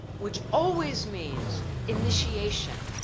which always means initiation,